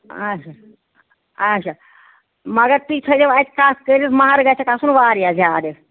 آچھا آچھا مَگر تُہۍ تھٲے زیو اَسہِ کَتھ کٔرِتھ مہرٕ گژھیکھ آسُن واریاہ زیادٕ